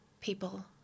people